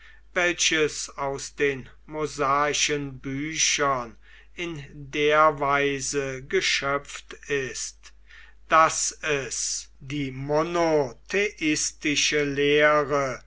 welches aus den mosaischen büchern in der weise geschöpft ist daß es die monotheistische lehre